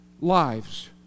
lives